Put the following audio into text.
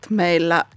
meillä